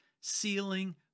ceiling